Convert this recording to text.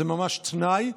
זה ממש תנאי,